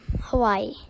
Hawaii